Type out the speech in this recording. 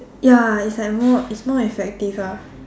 ya it's like more it's more effective ah